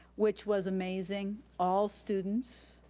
which was amazing. all students,